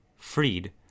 Freed